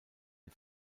der